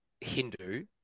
hindu